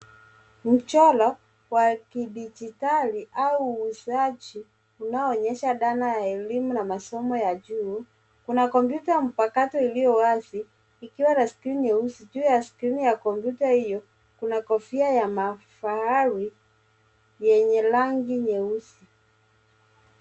Mchoro wa kidijitali au uuzaji unaoonyesha dhana ya elimu na masomo ya juu, kuna kompyuta mpakato iliyo wazi, ikiwa na skrini nyeusi. Juu ya screen ya kompyuta hiyo, kuna kofia ya mahafali yenye rangi nyeusi.